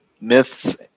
myths